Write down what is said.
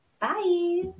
Bye